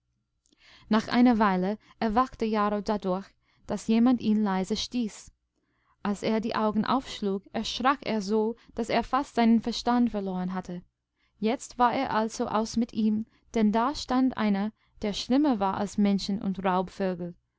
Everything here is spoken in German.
nach einer weile erwachte jarro dadurch daß jemand ihn leise stieß als er dieaugenaufschlug erschrakerso daßerfastseinenverstandverlorenhatte jetzt war es also aus mit ihm denn da stand einer der schlimmer war als menschen und